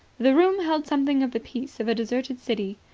the room held something of the peace of a deserted city.